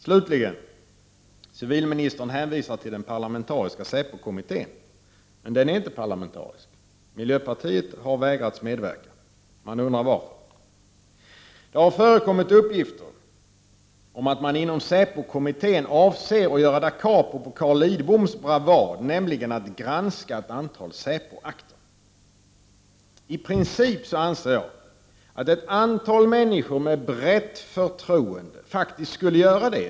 Slutligen, civilministern hänvisar till den parlamentariska säpokommittén. Men den är inte parlamentarisk. Miljöpartiet har vägrats medverka. Man undrar varför. Det har förekommit uppgifter om att man inom säpokommittén avser att göra da capo på Carl Lidboms bravad, nämligen att granska ett antal säpoakter. I princip anser jag att ett antal människor med brett förtroende faktiskt skulle göra det.